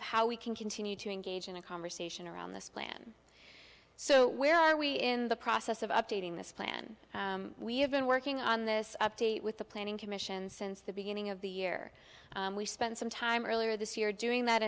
of how we can continue to engage in a conversation around this plan so where are we in the process of updating this plan we have been working on this update with the planning commission since the beginning of the year we spent some time earlier this year doing that